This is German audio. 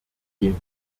gehen